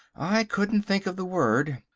i couldn't think of the word.